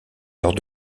lors